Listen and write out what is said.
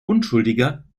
unschuldiger